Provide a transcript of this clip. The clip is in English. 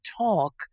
talk